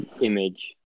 image